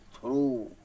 True